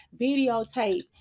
videotape